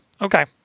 Okay